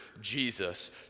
Jesus